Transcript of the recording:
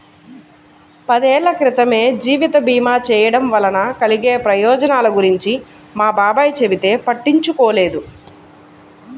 పదేళ్ళ క్రితమే జీవిత భీమా చేయడం వలన కలిగే ప్రయోజనాల గురించి మా బాబాయ్ చెబితే పట్టించుకోలేదు